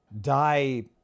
die